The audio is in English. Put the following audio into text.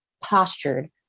postured